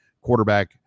quarterback